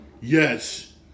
Yes